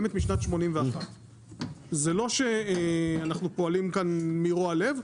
קיימת משנת 81'. זה לא שאנחנו פועלים כאן מרוע לב.